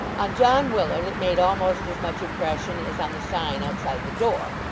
on john willet it made almost as much impression as on the sign outside the door,